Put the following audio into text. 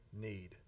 need